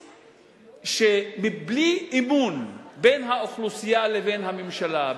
שבלי אמון בין האוכלוסייה לבין הממשלה,